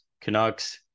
canucks